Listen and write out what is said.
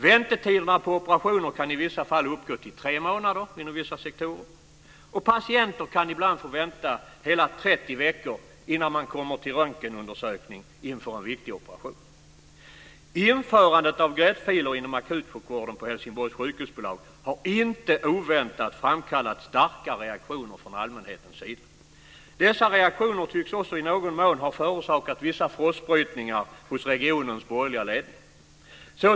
Väntetiderna på operationer kan i vissa fall uppgå till tre månader inom vissa sektorer, och patienter kan ibland få vänta hela 30 veckor innan de kommer till röntgenundersökning inför en viktig operation. Helsingborgs sjukhusbolag har inte oväntat framkallat starka reaktioner från allmänhetens sida. Dessa reaktioner tycks också i någon mån att ha förorsakat vissa frossbrytningar hos regionens borgerliga ledning.